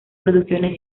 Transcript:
producciones